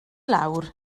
lawr